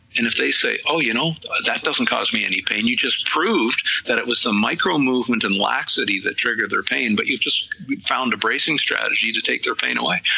and if they say oh you know that doesn't cause me any pain, you just proved that it was the micro-movement and laxity that triggered their pain, but you have just found a bracing strategy to take their pain away,